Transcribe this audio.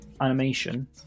animation